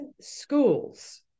schools